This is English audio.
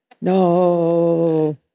No